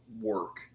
work